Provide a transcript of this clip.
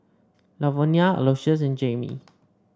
Lavonia Aloysius and Jaimee